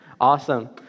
Awesome